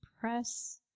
press